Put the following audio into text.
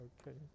Okay